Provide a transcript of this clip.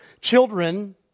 children